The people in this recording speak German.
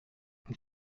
und